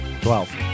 Twelve